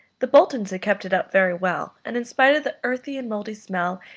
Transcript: the boltons had kept it up very well, and in spite of the earthy and mouldy smell,